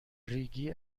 ریگی